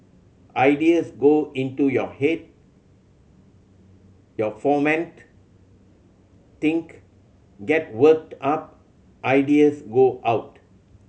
ideas go into your head your foment think get worked up ideas go out